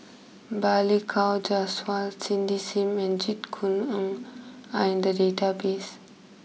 Balli Kaur Jaswal Cindy Sim and Jit Koon Ng are in the database